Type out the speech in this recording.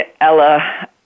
Ella